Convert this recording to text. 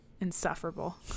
Insufferable